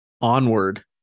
onward